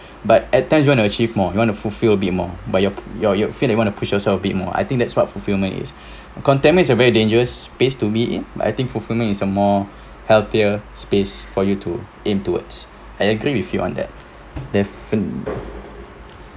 but at times you want to achieve more you want to fulfil a bit more but your your your feel like want to push yourself a bit more I think that's what fulfilment is contentment is a very dangerous pace to me I think fulfilment is a more healthier space for you to aim towards I agree with you on that defin~